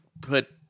put